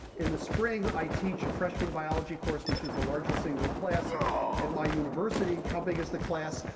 in the spring, i teach a freshman biology course which is the largest single class at my university. how big is the class?